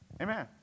Amen